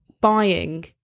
buying